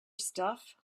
stuff